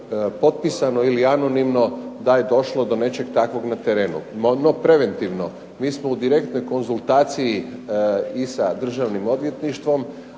potpisano ili anonimno da je došlo do nečeg takvog na terenu. NO, preventivno, mi smo u direktnoj konzultaciji i sa Državnim odvjetništvom,